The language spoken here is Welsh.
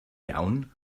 iawn